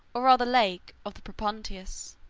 or rather lake, of the propontis.